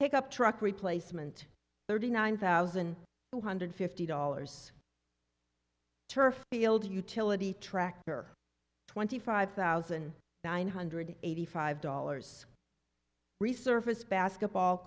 pickup truck replacement thirty nine thousand two hundred fifty dollars turf field utility tractor twenty five thousand nine hundred eighty five dollars resurface basketball